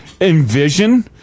envision